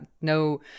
no